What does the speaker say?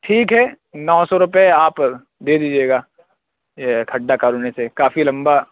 ٹھیک ہے نو سو روپے آپ دے دیجیے گا یہ کھڈا کالونی سے کافی لمبا